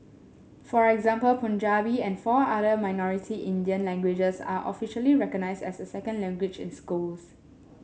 for example Punjabi and four other minority Indian languages are officially recognised as a second language in schools